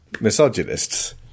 misogynists